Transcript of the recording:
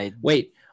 wait